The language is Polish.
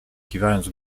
kiwając